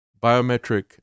biometric